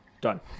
done